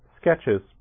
sketches